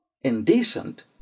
indecent